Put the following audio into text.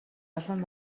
олон